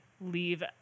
leave